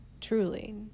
truly